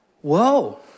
Whoa